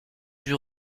vue